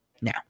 Now